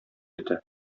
ите